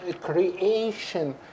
creation